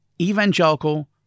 evangelical